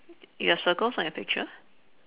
you have circles on your picture